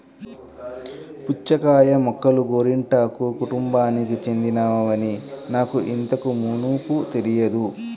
పుచ్చకాయ మొక్కలు గోరింటాకు కుటుంబానికి చెందినవని నాకు ఇంతకు మునుపు తెలియదు